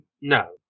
No